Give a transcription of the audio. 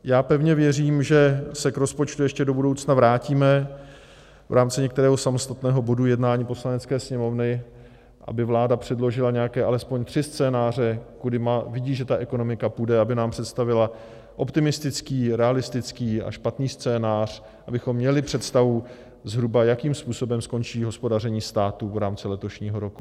Já pevně věřím, že se k rozpočtu ještě do budoucna vrátíme v rámci některého samostatného bodu jednání Poslanecké sněmovny, aby vláda předložila nějaké alespoň tři scénáře, kudy vidí, že ta ekonomika půjde, aby nám představila optimistický, realistický a špatný scénář, abychom měli představu zhruba, jakým způsobem skončí hospodaření státu v rámci letošního roku.